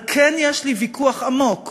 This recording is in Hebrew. אבל כן יש לי ויכוח עמוק